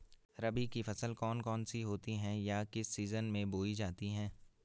रबी की फसल कौन कौन सी होती हैं या किस महीने में बोई जाती हैं?